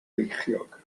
feichiog